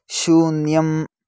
शून्यम्